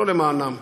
לא למענם.